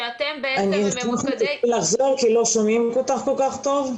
שאתם ממוקדי --- אני מבקשת ממך לחזור כי לא שומעים אותך כל כך טוב.